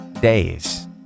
days